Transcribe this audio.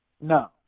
No